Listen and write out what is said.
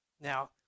now